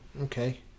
Okay